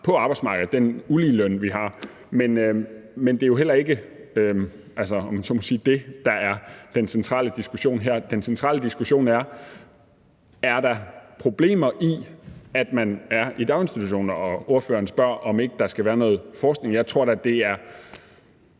på arbejdsmarkedet, den uligeløn, vi har. Men det er heller ikke, om jeg så må sige, det, der er den centrale diskussion her. Den centrale diskussion er: Er der problemer i, at man er i daginstitution? Og ordføreren spørger, om ikke der skal være noget forskning. Altså, det har